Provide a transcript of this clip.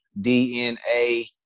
d-n-a